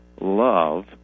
Love